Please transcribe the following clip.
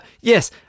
Yes